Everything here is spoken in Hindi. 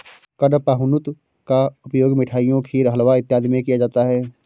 कडपहनुत का उपयोग मिठाइयों खीर हलवा इत्यादि में किया जाता है